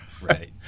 Right